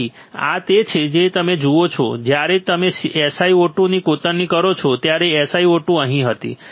તેથી આ તે છે જે તમે જુઓ છો જ્યારે તમે SiO2 ની કોતરણી કરો છો ત્યારે SiO2 અહીં હતી